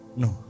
no